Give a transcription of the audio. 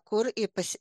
kur i pasi